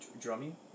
drumming